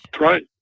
Right